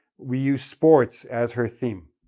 we used sports as her theme.